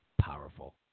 powerful